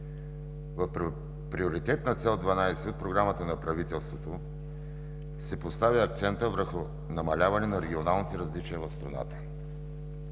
в приоритетна цел 12 от Програмата на правителството се поставя акцент върху намаляване на регионалните различия в страната.